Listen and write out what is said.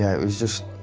yeah it was just